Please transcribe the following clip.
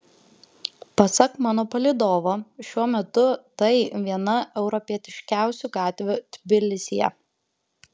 pasak mano palydovo šiuo metu tai viena europietiškiausių gatvių tbilisyje